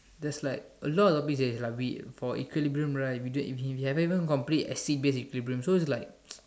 there's like a lot of rubbish eh like we for equilibrium right we don't haven't even complete acid base equilibrium so it's like